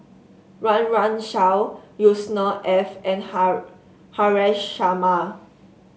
Run Run Shaw Yusnor Ef and Haresh Sharma